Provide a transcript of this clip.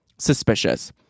suspicious